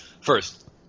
First